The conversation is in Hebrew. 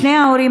שני ההורים,